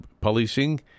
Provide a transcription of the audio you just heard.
policing